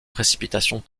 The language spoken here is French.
précipitations